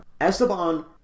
Esteban